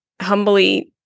humbly